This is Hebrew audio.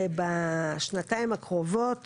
ובשנתיים הקרובות